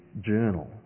journal